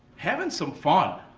having some fun.